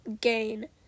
gain